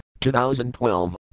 2012